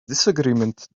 disagreement